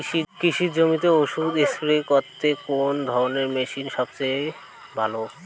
কৃষি জমিতে ওষুধ স্প্রে করতে কোন ধরণের মেশিন সবচেয়ে ভালো?